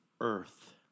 earth